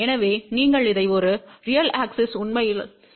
எனவே நீங்கள் இதை ஒரு ரியல் ஆக்ஸிஸாக உண்மையில் சிந்திக்கலாம்